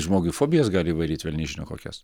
žmogui fobijas gali įvaryti velniai žino kokias